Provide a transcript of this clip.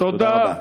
תודה רבה.